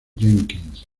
jenkins